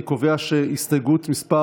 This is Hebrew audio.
אני קובע שהסתייגות מס'